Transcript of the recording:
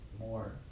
more